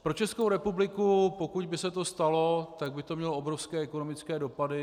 Pro Českou republiku, pokud by se to stalo, by to mělo obrovské ekonomické dopady.